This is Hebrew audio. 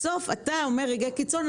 כשאתה אומר רגעי קיצון,